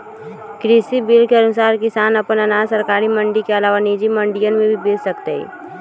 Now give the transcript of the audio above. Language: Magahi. कृषि बिल के अनुसार किसान अपन अनाज सरकारी मंडी के अलावा निजी मंडियन में भी बेच सकतय